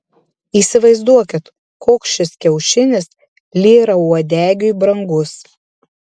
įsivaizduokit koks šis kiaušinis lyrauodegiui brangus